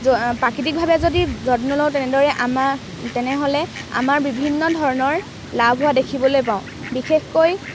প্ৰাকৃতিকভাৱে যদি যত্ন লওঁ তেনেদৰে আমাৰ তেনেহ'লে আমাৰ বিভিন্ন ধৰণৰ লাভ হোৱা দেখিবলৈ পাওঁ বিশেষকৈ